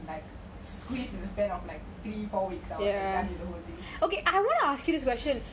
squeeze into a span of three four weeks